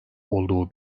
olduğu